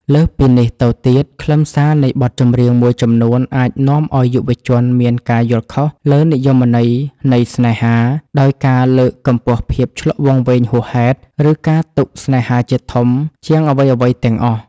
លើសពីនេះទៅទៀត ខ្លឹមសារនៃបទចម្រៀងមួយចំនួនអាចនាំឱ្យយុវជនមានការយល់ខុសលើនិយមន័យនៃស្នេហា ដោយការលើកកម្ពស់ភាពឈ្លក់វង្វេងហួសហេតុ ឬការទុកស្នេហាជាធំជាងអ្វីៗទាំងអស់។